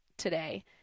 Today